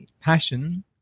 passion